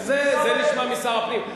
את זה נשמע משר הפנים.